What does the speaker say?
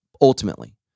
ultimately